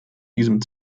diesem